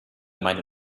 meine